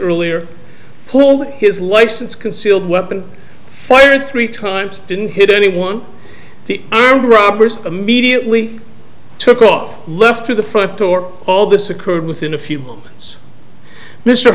earlier pulled his license concealed weapon fired three times didn't hit anyone and robbers immediately took off left through the front door all this occurred within a few moments mr